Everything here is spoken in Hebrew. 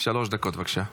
שלוש דקות, בבקשה.